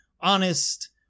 honest